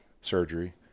surgery